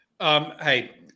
Hey